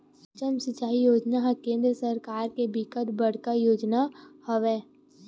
सुक्ष्म सिचई योजना ह केंद्र सरकार के बिकट बड़का योजना हवय